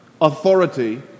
authority